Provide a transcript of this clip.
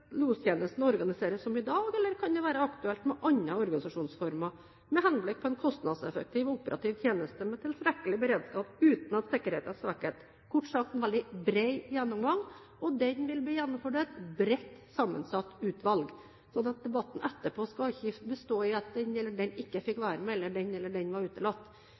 lostjenesten organiseres som i dag, eller kan det være aktuelt med andre organisasjonsformer med henblikk på en kostnadseffektiv og operativ tjeneste med tilstrekkelig beredskap uten at sikkerheten svekkes? Kort sagt: En veldig bred gjennomgang, og den vil bli gjennomført av et bredt sammensatt utvalg. Debatten etterpå skal ikke bestå i at den eller den ikke fikk være med, eller at den eller den var utelatt.